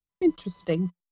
Interesting